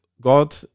God